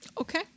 Okay